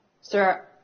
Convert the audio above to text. Sir